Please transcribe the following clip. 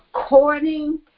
according